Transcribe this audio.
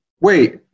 Wait